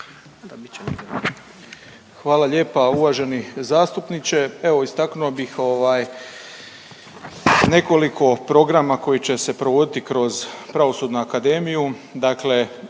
Hvala lijepa uvaženi zastupniče. Evo istaknuo bih ovaj nekoliko programa koji će se provoditi kroz Pravosudnu akademiju,